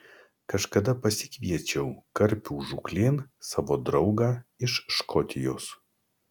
kažkada pasikviečiau karpių žūklėn savo draugą iš škotijos